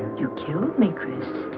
you kill make your